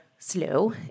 Slow